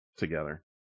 Together